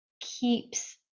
keeps